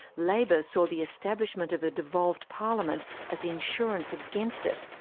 labour saw the establishment of a devolved parliament as insurance against it,